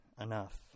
enough